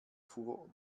fuhr